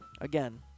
Again